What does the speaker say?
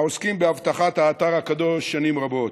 העוסקים באבטחת האתר הקדוש שנים רבות.